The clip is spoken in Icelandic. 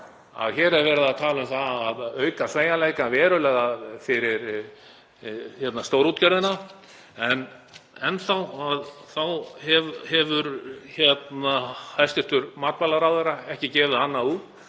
Hér er verið að tala um að auka sveigjanleikann verulega fyrir stórútgerðina en enn hefur hæstv. matvælaráðherra ekki gefið annað út